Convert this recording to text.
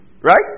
right